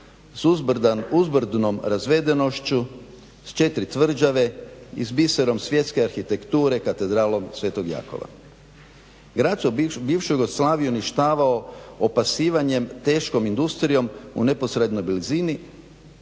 uzbrdnom razvedenošću s četiri tvrđave i s biserom svjetske arhitekture katedralom Sv. Jakova. Grad …/Ne razumije se./… bivšu Jugoslaviju uništavao opasivanjem teškom industrijom u neposrednoj blizini,